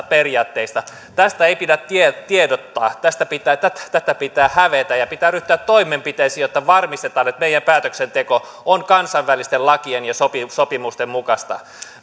periaatteista tästä ei pidä tiedottaa tätä tätä pitää hävetä ja pitää ryhtyä toimenpiteisiin jotta varmistetaan että meidän päätöksentekomme on kansainvälisten lakien ja sopimusten mukaista